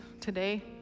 today